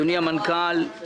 הנושא הזה לא חדש לי, לא זר